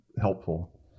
helpful